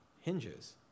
hinges